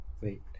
Wait